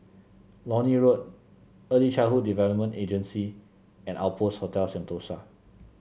Lornie Road Early Childhood Development Agency and Outpost Hotel Sentosa